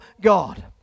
God